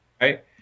Right